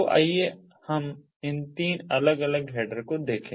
तो आइए हम इन तीन अलग अलग हेडर को देखें